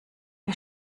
wir